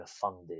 funded